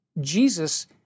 Jesus